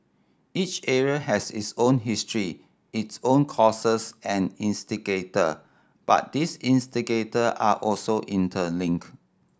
each area has its own history its own causes and instigator but these instigator are also interlinked